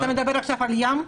אתה מדבר עכשיו על הים?